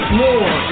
more